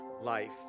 life